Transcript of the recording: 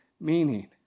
meaning